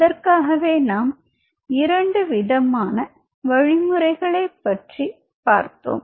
அதற்காகவே நாம் இரண்டு விதமான வழிமுறைகளை பற்றி பார்த்தோம்